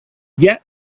yet